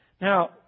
Now